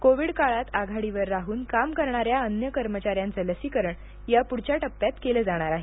Covid काळात आघाडीवर राहून काम करणाऱ्या अन्य कर्मचाऱ्यांचं लसीकरण या पुढच्या टप्प्यात केलं जाणार आहे